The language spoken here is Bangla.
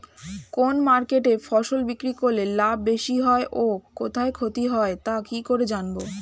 কোন মার্কেটে ফসল বিক্রি করলে লাভ বেশি হয় ও কোথায় ক্ষতি হয় তা কি করে জানবো?